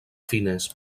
fines